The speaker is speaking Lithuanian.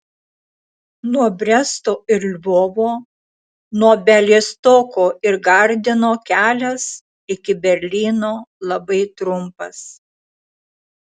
nuo bresto ir lvovo nuo bialystoko ir gardino kelias iki berlyno labai trumpas